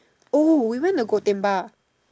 oh we went to Gotemba